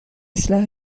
اصلاح